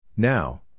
Now